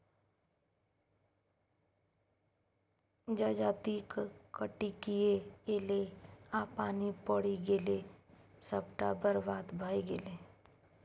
जजाति कटिकए ऐलै आ पानि पड़ि गेलै सभटा बरबाद भए गेलै